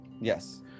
Yes